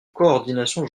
coordination